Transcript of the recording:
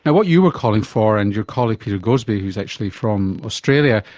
and what you were calling for and your colleague petergoadsby, who is actually from australia,